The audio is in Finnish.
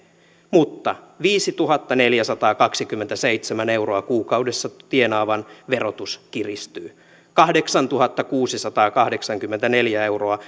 mutta viisituhattaneljäsataakaksikymmentäseitsemän euroa kuukaudessa tienaavan verotus kiristyy kahdeksantuhattakuusisataakahdeksankymmentäneljä euroa